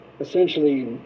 essentially